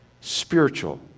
spiritual